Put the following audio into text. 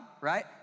right